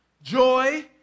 Joy